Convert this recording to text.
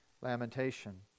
lamentation